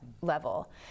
level